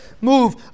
move